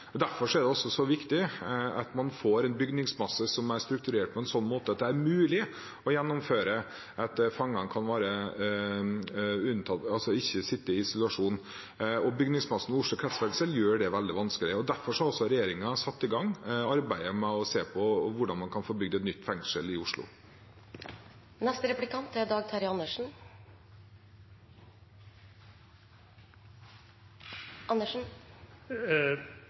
strukturert på en sånn måte at det er mulig å gjennomføre uten at fangene må sitte i isolasjon. Bygningsmassen ved Oslo fengsel gjør det veldig vanskelig. Derfor har også regjeringen satt i gang arbeidet med å se på hvordan man kan få bygd et nytt fengsel i Oslo. Ja, dette er